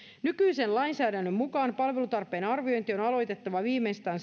nykyisen lainsäädännön mukaan palvelutarpeen arviointi on aloitettava viimeistään